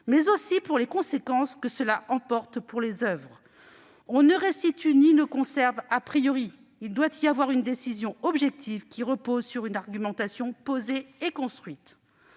mais aussi pour les conséquences que cela emporte pour les oeuvres. On ne restitue ni ne conserve : il doit y avoir une décision objective, qui s'appuie sur une argumentation posée et construite.